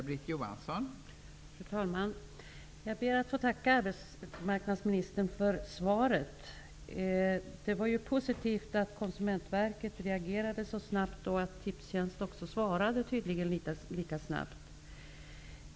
Fru talman! Jag ber att få tacka arbetsmarknadsministern för svaret. Det var positivt att Konsumentverket reagerade så snabbt och att Tipstjänst tydligen svarade lika snabbt.